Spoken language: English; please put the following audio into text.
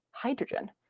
Hydrogen